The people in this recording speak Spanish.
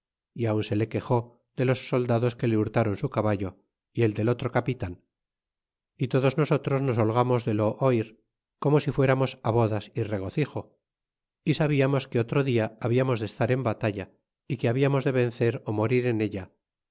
y aun se le quejó de los soldados que le hurtron su caballo y el de otro capitan y todos nosotros nos holgamos de lo oir como si fuéramos á bodas y regocijo y sabiamos que otro dia habiarnos de estar en batalla y que hablamos de vencer ó morir en ella